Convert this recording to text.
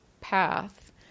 path